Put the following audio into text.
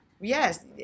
yes